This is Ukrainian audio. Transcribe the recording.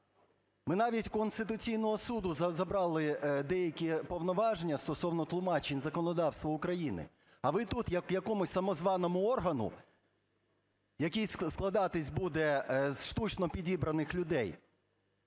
Ми навіть в Конституційного Суду забрали деякі повноваження стосовно тлумачень законодавства України, а ви тут як якомусь самозваному органу, який складатися буде з штучно підібраних людей,